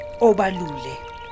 Obalule